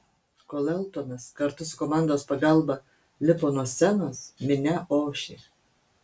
kol eltonas kartu su komandos pagalba lipo nuo scenos minia ošė